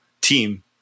team